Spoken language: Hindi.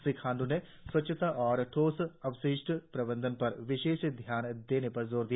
श्री खांड् ने स्वच्छता और ठोस अपशिष्ट प्रबंधन पर विशेष ध्यान देने पर जोर दिया